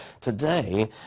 today